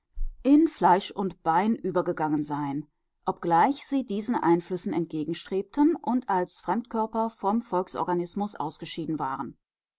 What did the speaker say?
in fleisch und bein übergegangen sein obgleich sie diesen einflüssen entgegenstrebten und als fremdkörper vom volksorganismus ausgeschieden waren